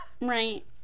Right